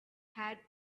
had